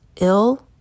ill